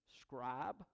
scribe